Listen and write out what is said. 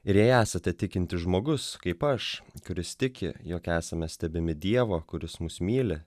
ir jei esate tikintis žmogus kaip aš kuris tiki jog esame stebimi dievo kuris mus myli